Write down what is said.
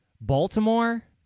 Baltimore